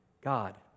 God